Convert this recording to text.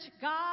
God